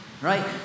Right